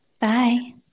Bye